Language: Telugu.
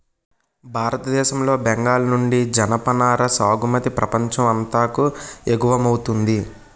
భారతదేశం లో బెంగాల్ నుండి జనపనార సాగుమతి ప్రపంచం అంతాకు ఎగువమౌతుంది